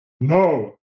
No